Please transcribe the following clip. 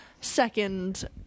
second